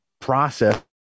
process